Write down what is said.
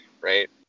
Right